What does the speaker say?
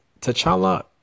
T'Challa